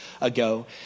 ago